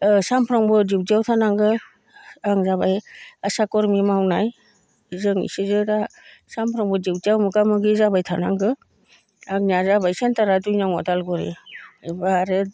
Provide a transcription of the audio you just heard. ओ सानफ्रामबो डिउटियाव थानांगो आं जाबाय आसा कर्मि मावनाय जों इसोरजो सानफ्रामबो डिउटियाव मोगा मोगि जाबोबाय थानांगो आंनिया जाबाय सेन्टारा दुइ नं अदालगुरि एबा आरो